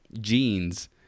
jeans